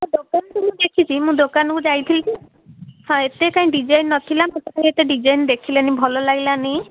ଦୋକାନ ତ ମୁଁ ଦେଖିଛି ମୁଁ ଦୋକାନକୁ ଯାଇଥିଲି ହଁ ଏତେ କାହିଁ ଡିଜାଇନ୍ ନଥିଲା ମୁଁ ତ କାହିଁ ଡିଜାଇନ୍ ଦେଖିଲିନି ଭଲ ଲାଗିଲାନି